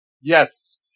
Yes